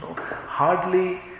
Hardly